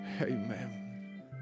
amen